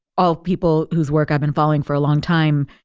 all people whose work i've been following for a long time.